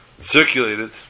circulated